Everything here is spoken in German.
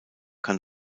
kann